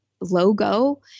logo